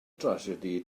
drasiedi